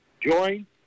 join